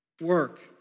work